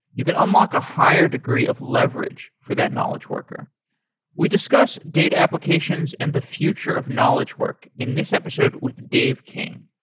you can unlock a higher degree of leverage for that knowledge worker we discuss data applications and the future of knowledge work in this episode with dave king.